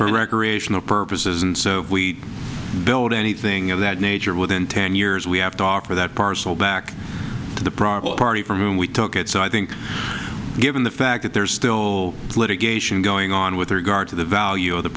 recreational purposes and so we build anything of that nature within ten years we have to offer that parcel back to the problem party from whom we took it so i think given the fact that there's still litigation going on with regard to the value of the